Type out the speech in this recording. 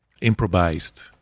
improvised